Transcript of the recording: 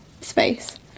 space